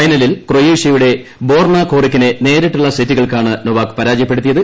ഫൈനലിൽ ക്രെയോഷ്യയുടെ ബോർണാ കോറിക്കിനെ നേരിട്ടുള്ള സെറ്റുകൾക്കാണ് നൊവാക് പരാജയപ്പെടുത്തിയത്